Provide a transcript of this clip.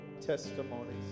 testimonies